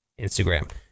Instagram